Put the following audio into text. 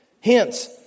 Hence